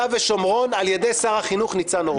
ושומרון על ידי שר החינוך ניצן הורוביץ'?